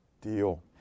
deal